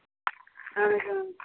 اَہَن